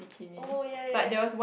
oh ya ya